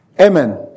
Amen